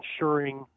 ensuring